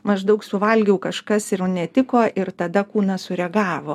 maždaug suvalgiau kažkas netiko ir tada kūnas sureagavo